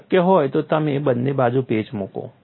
જો શક્ય હોય તો તમે બંને બાજુ પેચ મૂકો